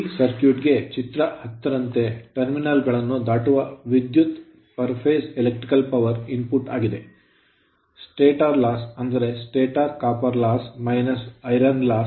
ಈ ಸರ್ಕ್ಯೂಟ್ ಗೆ ಚಿತ್ರ 10 ರಂತೆ ಟರ್ಮಿನಲ್ ಗಳನ್ನು ದಾಟುವ ವಿದ್ಯುತ್ per phase ಪ್ರತಿ ಹಂತಕ್ಕೆ electrical power ವಿದ್ಯುತ್ ಶಕ್ತಿಯ ಇನ್ಪುಟ್ ಆಗಿದೆ stator loss ಸ್ಟಾಟರ್ ನಷ್ಟ ಅಂದರೆ stator copper loss ಸ್ಟಾಟರ್ ತಾಮ್ರದ ನಷ್ಟ - iron loss ಕಬ್ಬಿಣದ ನಷ್ಟ